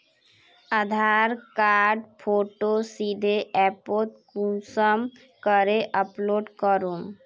आधार कार्डेर फोटो सीधे ऐपोत कुंसम करे अपलोड करूम?